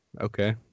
okay